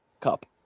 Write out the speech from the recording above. Cup